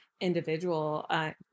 individual